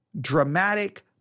dramatic